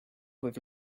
with